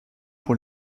pour